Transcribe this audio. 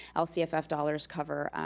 lcff dollars cover